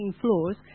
floors